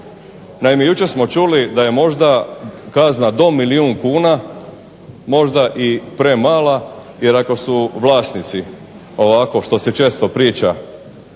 Naime, jučer smo čuli da je možda kazna do milijun kuna, možda i premala, jer ako su vlasnici ovako što se često priča